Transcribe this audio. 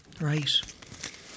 Right